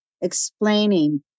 explaining